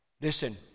Listen